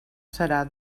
serà